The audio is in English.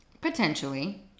Potentially